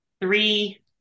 three